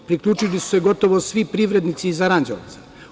Priključili su se gotovo svi privrednici iz Aranđelovca.